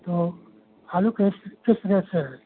तो आलू किस किस रेट से है